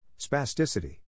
spasticity